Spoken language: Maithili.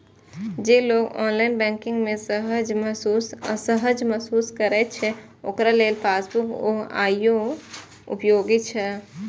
जे लोग ऑनलाइन बैंकिंग मे असहज महसूस करै छै, ओकरा लेल पासबुक आइयो उपयोगी छै